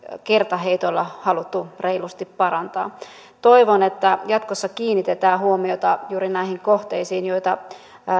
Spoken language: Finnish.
kertaheitolla haluttu reilusti parantaa toivon että jatkossa kiinnitetään huomiota juuri näihin kohteisiin joita